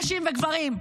נשים וגברים.